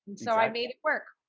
so i made it work.